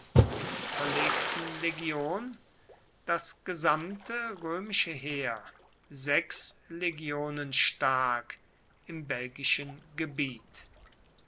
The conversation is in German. verlegten legion das gesamte römische heer sechs legionen stark im belgischen gebiet